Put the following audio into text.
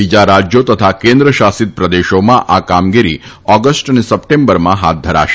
બીજા રાજ્યો તથા કેન્દ્ર શાસિત પ્રદેશોમાં આ કામગીરી ઓગસ્ટ અને સપ્ટેમ્બરમાં હાથ ધરાશે